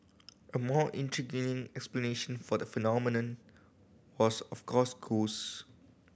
a more intriguing explanation for the phenomenon was of course ghost